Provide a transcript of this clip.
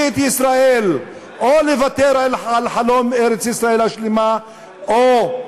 שיביא את ישראל או לוותר על חלום ארץ-ישראל השלמה או,